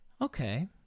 okay